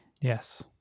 Yes